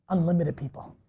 unlimited people.